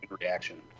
reaction